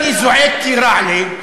אני זועק כי רע לי,